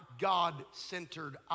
God-centered